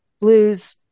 blues